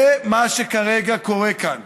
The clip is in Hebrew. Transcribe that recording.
זה מה שכרגע קורה כאן.